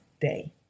day